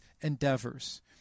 endeavors